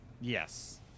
Yes